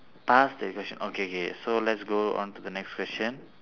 pass the question okay K so let's go on to the next question